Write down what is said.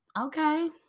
Okay